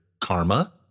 karma